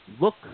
look